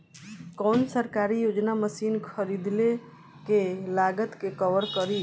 कौन सरकारी योजना मशीन खरीदले के लागत के कवर करीं?